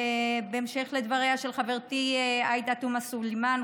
בהמשך לדבריה של חברתי עאידה תומא סלימאן,